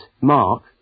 Mark